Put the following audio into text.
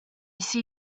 see